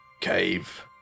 cave